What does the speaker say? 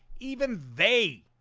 even they